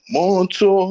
Monto